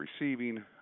receiving